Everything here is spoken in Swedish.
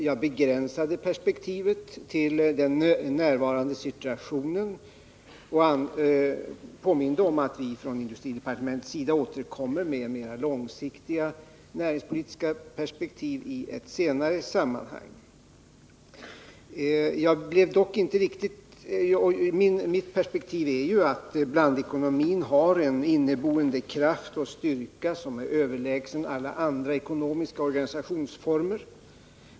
Jag begränsade nämligen perspektivet till att avse den nuvarande situationen och påminde om att vi från industridepartementets sida återkommer med mera långsiktiga näringspolitiska perspektiv i ett senare sammanhang. Mitt perspektiv är att blandekonomin, med sin inneboende kraft och styrka, är överlägsen alla andra ekonomiska organisationsformer.